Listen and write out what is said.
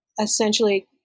essentially